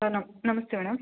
ನಮ ನಮಸ್ತೆ ಮೇಡಮ್